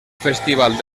festival